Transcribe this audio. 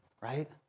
right